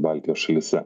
baltijos šalyse